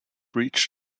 reach